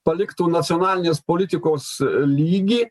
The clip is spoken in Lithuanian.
paliktų nacionalinės politikos lygį